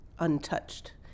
Untouched